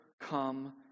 come